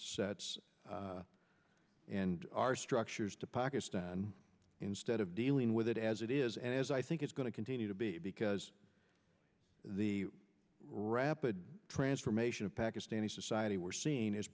s and our structures to pakistan instead of dealing with it as it is and as i think it's going to continue to be because the rapid transformation of pakistani society we're seeing is